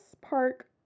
Park